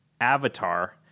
Avatar